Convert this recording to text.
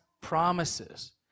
promises